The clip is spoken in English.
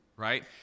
right